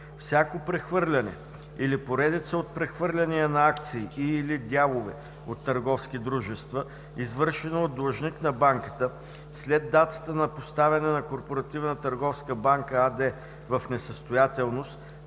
Всяко прехвърляне или поредица от прехвърляния на акции и/или дялове от търговски дружества, извършено от длъжник на банката след датата на поставяне на „Корпоративна